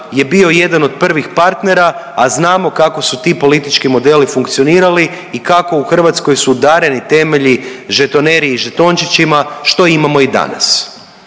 je bio jedan od prvih partnera, a znamo kako su ti politički modeli funkcionirali i kako u Hrvatskoj su udareni temelji žetoneri i žetončićima što imamo i danas.